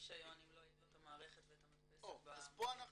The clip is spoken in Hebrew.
הרישיון אם לא יהיו לו את המערכת והמדפסת ב- - אז פה אנחנו